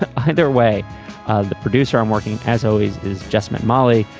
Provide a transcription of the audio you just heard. ah either way the producer i'm working as always is just met molly.